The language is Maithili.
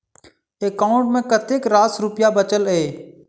एकाउंट मे कतेक रास रुपया बचल एई